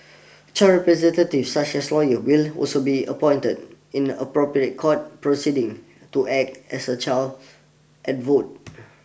child representatives such as lawyers will also be appointed in appropriate court proceedings to act as a child advocate